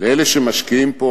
לאלה שמשקיעים פה?